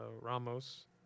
Ramos